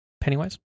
Pennywise